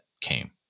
came